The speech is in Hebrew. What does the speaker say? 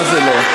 מה זה "לא"?